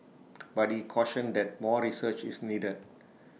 but he cautioned that more research is needed